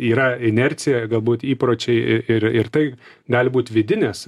yra inercija galbūt įpročiai ir ir tai gali būt vidinės